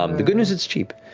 um the good news it's cheap.